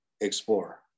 Explore